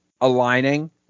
aligning